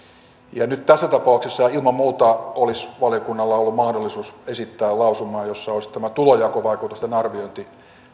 nyt tässä tapauksessa ilman muuta olisi valiokunnalla ollut mahdollisuus esittää lausumaa jossa olisi tämä tulonjakovaikutusten arviointi